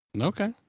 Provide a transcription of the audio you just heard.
Okay